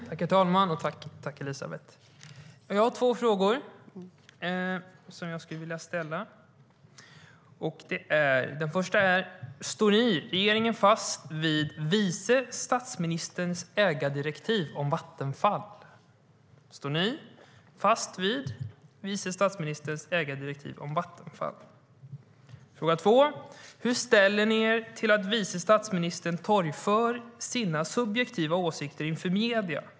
Herr talman! Jag har två frågor som jag vill ställa. Den första är: Står regeringen fast vid vice statsministerns ägardirektiv för Vattenfall? Den andra frågan är: Hur ställer ni er till att vice statsministern torgför sina subjektiva åsikter i media?